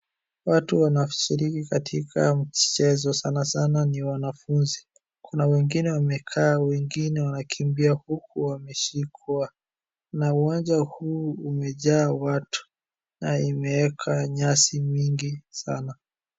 Watu waoshiriki katika michezo sana sana ni wanafunzi. Kuna wengine wamekaa, wengine wamekimbia, huku wameshikwa na uwanja huu umejaa watu na imewekwa nyasi mingi sana.